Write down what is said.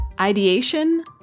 Ideation